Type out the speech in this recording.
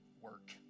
work